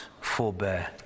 forbear